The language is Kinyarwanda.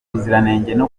kongera